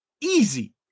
Easy